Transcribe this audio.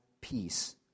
peace